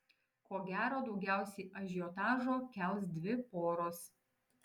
ko gero daugiausiai ažiotažo kels dvi poros